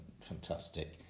fantastic